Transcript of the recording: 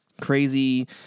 crazy